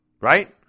Right